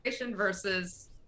versus